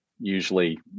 usually